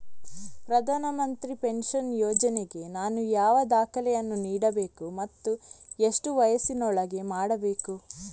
ಪ್ರಧಾನ ಮಂತ್ರಿ ಪೆನ್ಷನ್ ಯೋಜನೆಗೆ ನಾನು ಯಾವ ದಾಖಲೆಯನ್ನು ನೀಡಬೇಕು ಮತ್ತು ಎಷ್ಟು ವಯಸ್ಸಿನೊಳಗೆ ಮಾಡಬೇಕು?